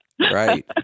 right